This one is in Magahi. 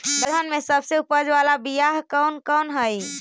दलहन में सबसे उपज बाला बियाह कौन कौन हइ?